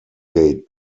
gate